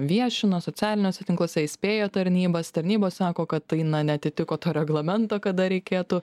viešino socialiniuose tinkluose įspėjo tarnybas tarnybos sako kad tai neatitiko to reglamento kada reikėtų